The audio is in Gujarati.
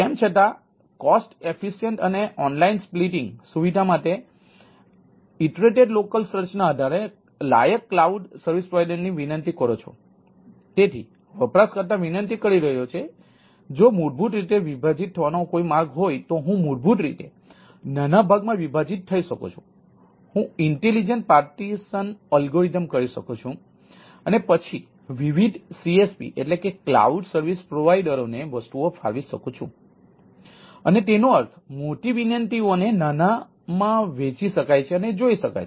તેમ છતાં અસરકારક ખર્ચ કરી શકું છું અને પછી વિવિધ CSP એટલે કે ક્લાઉડ સર્વિસ પ્રોવાઈડરોને વસ્તુઓ ફાળવી શકું છું અને તેનો અર્થ મોટી વિનંતીઓને નાનામાં વહેંચી શકાય છે અને જોઈ શકાય છે